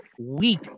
week